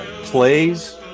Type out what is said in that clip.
plays